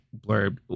blurb